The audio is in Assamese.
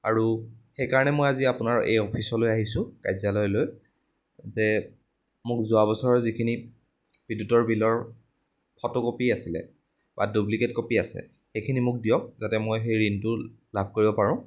আৰু সেইকাৰণে মই আজি আপোনাৰ এই অফিচলৈ আহিছোঁ কাৰ্যালয়লৈ যে মোক যোৱাবছৰৰ যিখিনি বিদ্যুতৰ বিলৰ ফটোকপী আছিলে বা ডুপ্লিকেট কপী আছে সেইখিনি মোক দিয়ক যাতে মই সেই ঋণটো লাভ কৰিব পাৰোঁ